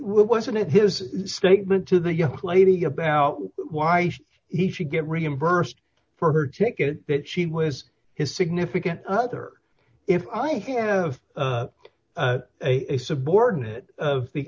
wasn't his statement to the young lady about why he should get reimbursed for her ticket but she was his significant other if i have a subordinate of the